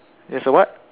there's a what